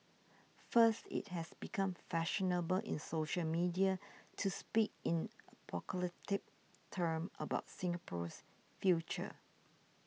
first it has become fashionable in social media to speak in apocalyptic terms about Singapore's future